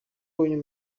ubonye